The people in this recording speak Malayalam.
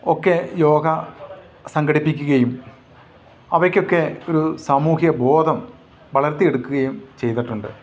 ഒക്കെ യോഗ സംഘടിപ്പിക്കുകയും അവയ്ക്കൊക്കെ ഒരു സാമൂഹ്യ ബോധം വളർത്തി എടുക്കുകയും ചെയ്തിട്ടുണ്ട്